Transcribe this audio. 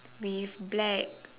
with black